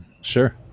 Sure